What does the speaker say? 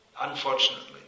Unfortunately